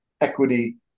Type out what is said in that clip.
equity